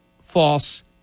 false